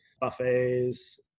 buffets